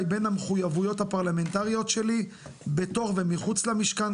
בין המחויבויות הפרלמנטריות שלי בתוך ומחוץ למשכן,